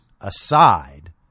aside